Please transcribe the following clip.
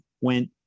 went